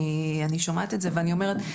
אני שומעת את זה ואני אומרת,